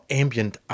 ambient